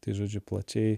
tai žodžiu plačiai